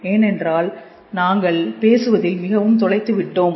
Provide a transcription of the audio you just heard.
ஏனென்றால் நாங்கள் பேசுவதில் மிகவும் தொலைத்துவிட்டோம்